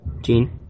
Gene